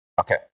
okay